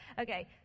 Okay